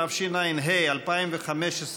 התשע"ה 2015,